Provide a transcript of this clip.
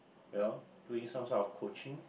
well doing some sort of coaching